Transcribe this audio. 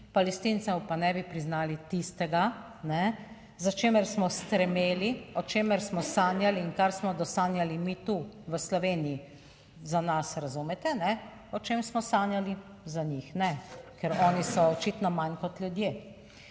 Palestincev pa ne bi priznali tistega, za čemer smo stremeli, o čemer smo sanjali in kar smo sanjali mi tu v Sloveniji. Za nas razumete, o čem smo sanjali, za njih ne, ker oni so očitno manj kot ljudje?